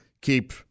keep –